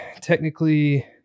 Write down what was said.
technically